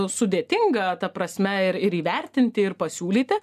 sudėtinga ta prasme ir įvertinti ir pasiūlyti